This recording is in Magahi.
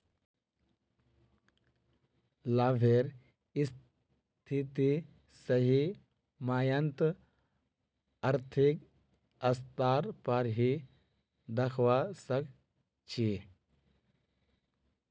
लाभेर स्थिति सही मायनत आर्थिक स्तर पर ही दखवा सक छी